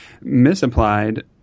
Misapplied